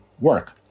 work